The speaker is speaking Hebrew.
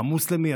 המוסלמי,